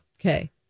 Okay